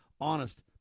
honest